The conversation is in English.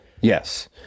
Yes